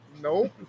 nope